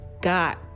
got